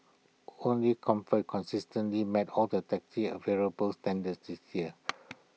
only comfort consistently met all the taxi available standards this year